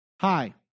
hi